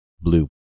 blue